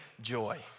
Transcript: Joy